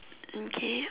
okay